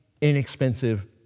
inexpensive